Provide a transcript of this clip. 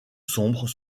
sombres